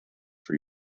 for